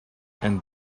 and